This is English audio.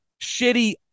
shitty